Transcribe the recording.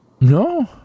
No